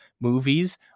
movies